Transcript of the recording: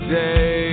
day